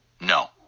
No